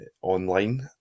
online